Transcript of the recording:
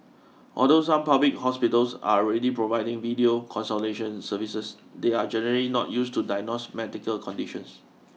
although some public hospitals are already providing video consultation services they are generally not used to diagnose medical conditions